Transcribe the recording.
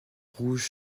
rouge